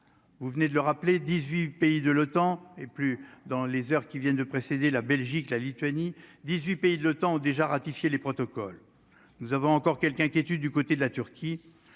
vous venez de le rappeler 18 pays de l'OTAN et plus dans les heures qui viennent de précéder la Belgique, la Lituanie 18 pays de l'OTAN ont déjà ratifié les protocoles, nous avons encore quelques inquiétudes du côté de la Turquie,